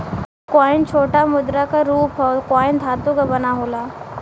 coin छोटा मुद्रा क रूप हौ कॉइन धातु क बना होला